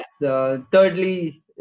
thirdly